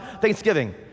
thanksgiving